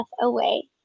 away